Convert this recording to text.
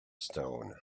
stone